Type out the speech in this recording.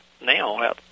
now